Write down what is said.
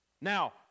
Now